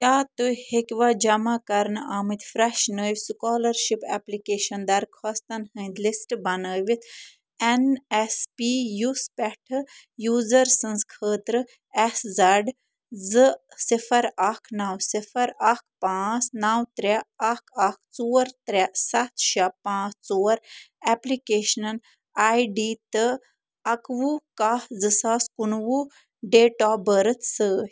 کیٛاہ تُہۍ ہیٚکِوا جمع کرنہٕ آمٕتۍ فرٛٮ۪ش نٔوے سُکالرشِپ اٮ۪پلِکیشَن درخواستَن ہٕنٛدۍ لِسٹہٕ بنٲوِتھ اٮ۪ن اٮ۪س پی یُس پٮ۪ٹھٕ یوٗزَر سٕنٛز خٲطرٕ اٮ۪س زَڈ زٕ صِفر اکھ نَو صِفر اَکھ پانٛژھ نَو ترٛےٚ اکھ اکھ ژور ترٛےٚ سَتھ شےٚ پانٛژھ ژور اٮ۪پلِکیشنَن آی ڈی تہٕ اَکہٕ وُہ کَہہ زٕ ساس کُنہٕ وُہ ڈیٹ آف بٔرٕتھ سۭتۍ